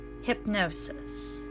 Hypnosis